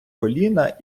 коліна